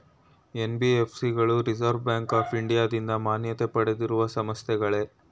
NBFC ಗಳು reserve bank of ಇಂಡಿಯಾದಿಂದ ಮಾನ್ಯತೆ ಪಡೆದಿರುವ ಸಂಸ್ಥೆಗಳೇ?